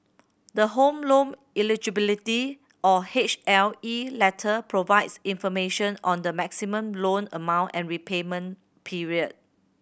the Home Loan Eligibility or H L E letter provides information on the maximum loan amount and repayment period